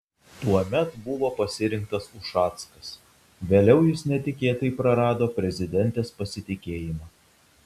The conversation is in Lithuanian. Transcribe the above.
tuomet buvo pasirinktas ušackas vėliau jis netikėtai prarado prezidentės pasitikėjimą